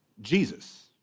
Jesus